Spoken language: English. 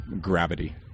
gravity